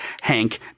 Hank